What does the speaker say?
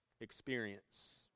experience